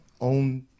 own